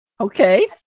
Okay